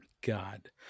God